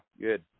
good